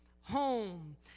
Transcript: home